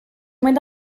mynd